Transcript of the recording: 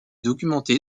documenté